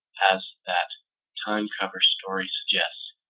as that time cover story suggests,